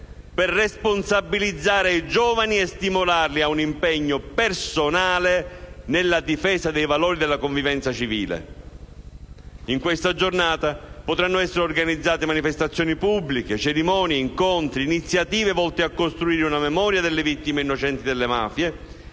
per responsabilizzare i giovani e stimolarli a un impegno personale nella difesa dei valori della convivenza civile. In questa giornata potranno essere organizzate manifestazioni pubbliche, cerimonie, incontri, iniziative volte a costruire una memoria delle vittime innocenti delle mafie